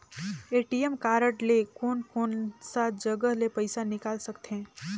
ATM card ले कोन कोन सा जगह ले पइसा निकाल सकथे?